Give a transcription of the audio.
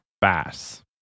bass